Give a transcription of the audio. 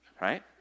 right